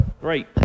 Great